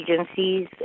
agencies